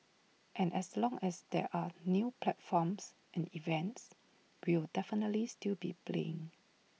and as long as there are new platforms and events we'll definitely still be playing